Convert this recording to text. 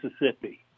Mississippi